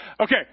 Okay